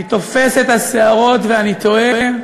אני תופס את השערות ואני תוהה,